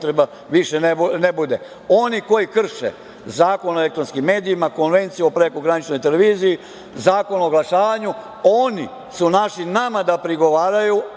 više ne bude. Oni koji krše Zakon o elektronskim medijima, Konvenciju o prekograničnoj televiziji, Zakon o oglašavanju, oni su našli nama da prigovaraju,